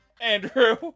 Andrew